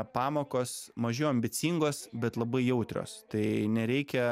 pamokos mažiau ambicingos bet labai jautrios tai nereikia